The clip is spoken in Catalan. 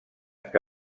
que